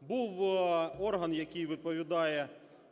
Був орган, який відповідав